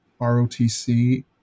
ROTC